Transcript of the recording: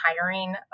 hiring